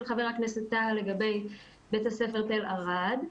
חבר הכנסת טאהא לגבי בית הספר תל ערד.